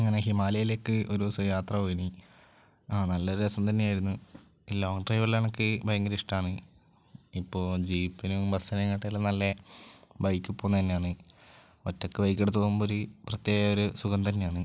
അങ്ങനെ ഹിമാലയത്തിലേക്ക് ഒരു ദിവസം യാത്ര പോയിരുന്നു ആ നല്ലയൊരു രസം തന്നെയായിരുന്നു ലോങ്ങ് ഡ്രൈവെല്ലാം എനിക്ക് ഭയങ്കരമിഷ്ടമാണ് ഇപ്പോള് ജീപ്പിനെയും ബസ്സിനെയുംക്കാളെല്ലാം നല്ലത് ബൈക്കില് പോകുന്നത് തന്നെയാണ് ഒറ്റയ്ക്ക് ബൈക്കെടുത്ത് പോകുമ്പോളൊരു പ്രത്യേക ഒരു സുഖം തന്നെയാണ്